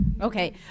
Okay